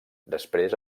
després